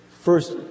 first